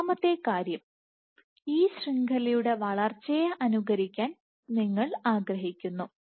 രണ്ടാമത്തെ കാര്യം ഈ ശൃംഖലയുടെ വളർച്ചയെ അനുകരിക്കാൻ നിങ്ങൾ ആഗ്രഹിക്കുന്നു